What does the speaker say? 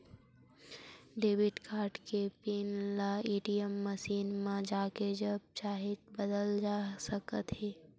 debit card के PIN ल ATM machine म जाके जब चाहे बदले जा सकत हे